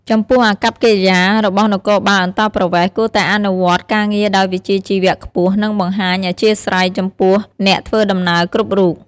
ចំពោះអាកប្បកិរិយារបស់នគរបាលអន្តោប្រវេសន៍ គួរតែអនុវត្តការងារដោយវិជ្ជាជីវៈខ្ពស់ និងបង្ហាញអធ្យាស្រ័យចំពោះអ្នកធ្វើដំណើរគ្រប់រូប។